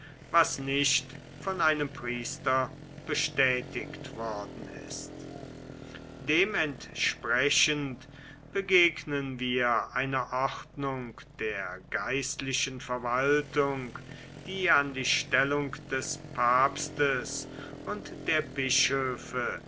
was nicht von einem priester bestätigt worden ist dementsprechend begegnen wir einer ordnung der geistlichen verwaltung die an die stellung des papstes und der bischöfe